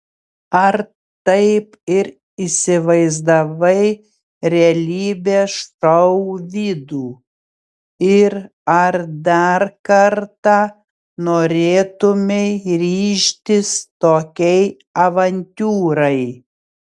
ar taip ir įsivaizdavai realybės šou vidų ir ar dar kartą norėtumei ryžtis tokiai avantiūrai